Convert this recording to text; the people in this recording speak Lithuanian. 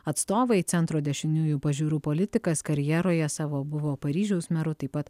atstovai centro dešiniųjų pažiūrų politikas karjeroje savo buvo paryžiaus meru taip pat